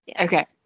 okay